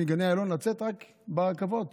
לצאת רק ברכבות